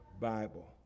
Bible